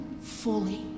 fully